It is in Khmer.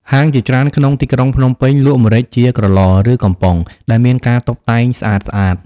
ហាងជាច្រើនក្នុងទីក្រុងភ្នំពេញលក់ម្រេចជាក្រឡ ឬ កំប៉ុងដែលមានការតុបតែងស្អាតៗ។